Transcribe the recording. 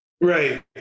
Right